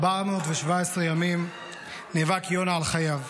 417 ימים נאבק יונה על חייו,